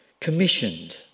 Commissioned